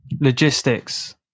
Logistics